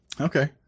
Okay